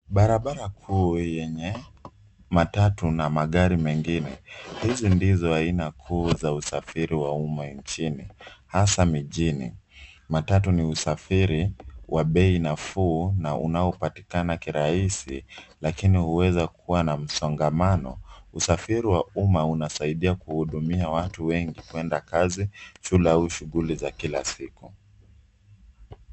Barabara kuu yenye matatu na magari mengine. Hizi ndizo aina kuu za usafiri wa umma nchini hasa mijini. Matatu ni usafiri wa bei nafuu na unaopatikana kirahisi lakini huwezaweza kuwa na msongamano. Usafiri wa umma unasaidia kuhudumia watu wengi kwenda kazi, shule au shughuli za kila siku.